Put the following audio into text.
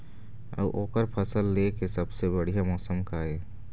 अऊ ओकर फसल लेय के सबसे बढ़िया मौसम का ये?